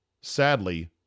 sadly